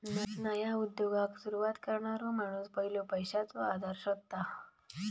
नया उद्योगाक सुरवात करणारो माणूस पयलो पैशाचो आधार शोधता